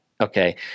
Okay